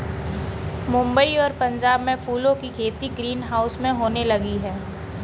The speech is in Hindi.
मुंबई और पंजाब में फूलों की खेती ग्रीन हाउस में होने लगी है